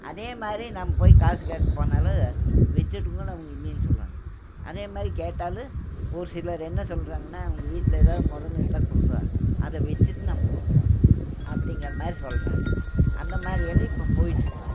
அதே மாதிரி நாம் போய் காசு கேக்க போனாலும் வெச்சுட்டு கூட அவுங்க இல்லேன்னு சொல்லுவாங்க அதேமாதிரி கேட்டாலும் ஒரு சிலர் என்ன சொல்றாங்கன்னால் உங்கள் வீட்டில் ஏதா முதலு இருந்தால் கொடுங்கோ அதை வெச்சுட்டு நாங்க கொடுக்கறோம் அப்படிங்கிற மாதிரி சொல்கிறாங்க அந்த மாதிரி எல்லாம் இப்போ போயிட்டிருக்குது